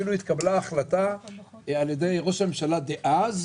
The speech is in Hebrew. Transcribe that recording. אפילו התקבלה החלטה על ידי ראש הממשלה דאז,